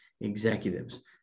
executives